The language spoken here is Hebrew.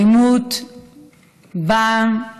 האלימות באה